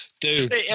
Dude